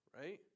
right